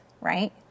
right